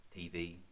TV